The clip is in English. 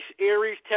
aries